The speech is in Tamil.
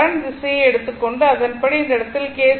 கரண்ட் திசையை எடுத்துக்கொண்டு அதன்படி இந்த இடத்தில் கே